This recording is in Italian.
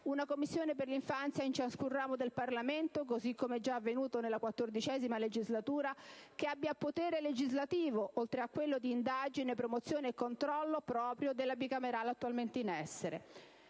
una Commissione per l'infanzia in ciascun ramo del Parlamento - così come già avvenuto nel corso della XIV legislatura - che abbia potere legislativo, oltre a quello di indagine, promozione e controllo proprio della Bicamerale attualmente in essere.